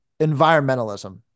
environmentalism